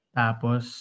tapos